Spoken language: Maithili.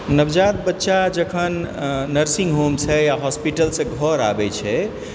नवजात बच्चा जखन नर्सिंग होमसँ या हॉस्पिटलसँ घर आबै छै